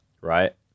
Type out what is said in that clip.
Right